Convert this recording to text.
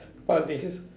!huh! they just